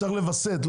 צריך לווסת,